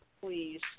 please